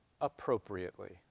appropriately